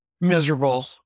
miserable